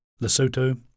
Lesotho